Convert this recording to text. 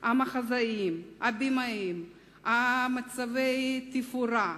המחזאים, הבימאים, מעצבי התפאורה,